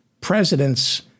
presidents